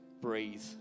breathe